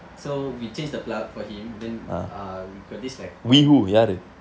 so we changed the plug for him then uh we got this like one